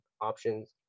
options